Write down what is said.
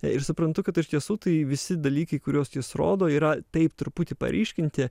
ir suprantu kad iš tiesų tai visi dalykai kuriuos jis rodo yra taip truputį paryškinti